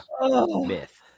myth